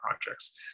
projects